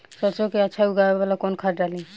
सरसो के अच्छा उगावेला कवन खाद्य डाली?